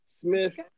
Smith